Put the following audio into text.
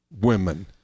women